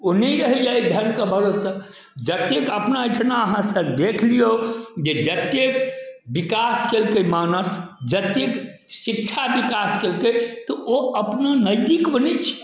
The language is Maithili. ओ नहि रहैया एहि के भरोसे जतेक अपना एहिठिना अहाँ सब देख लियौ जे जतेक विकास केलकै मानव जतेक शिक्षा विकास केलकै तऽ ओ अपना नैतिकमे नहि छै